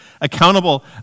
accountable